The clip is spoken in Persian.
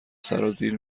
سرازیر